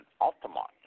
Altamont